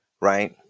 Right